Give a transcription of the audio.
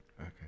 Okay